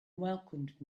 welcomed